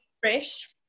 fresh